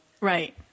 Right